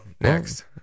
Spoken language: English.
next